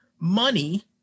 money